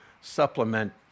supplement